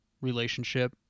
relationship